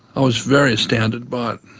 i was very astounded by it,